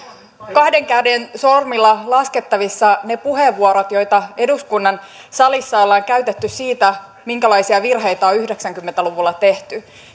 kahden käden sormilla laskettavissa ne puheenvuorot joita eduskunnan salissa ollaan käytetty siitä minkälaisia virheitä on yhdeksänkymmentä luvulla tehty